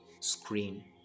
screen